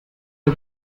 are